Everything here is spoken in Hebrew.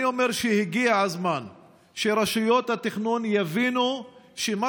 אני אומר שהגיע הזמן שרשויות התכנון יבינו שמה